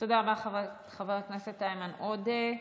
תודה רבה, חבר הכנסת איימן עודה.